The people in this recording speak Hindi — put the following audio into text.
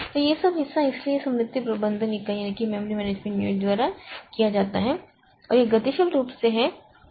तो यह सब हिस्सा इसलिए यह स्मृति प्रबंधन इकाई द्वारा किया जाता है और यह गतिशील रूप से होता है